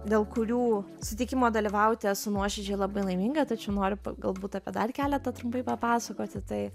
dėl kurių sutikimo dalyvauti esu nuoširdžiai labai laiminga tačiau noriu galbūt apie dar keletą trumpai papasakoti tai